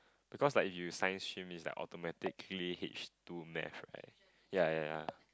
because like if you Science stream is like automatically H two math right ya ya ya